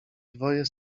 dwoje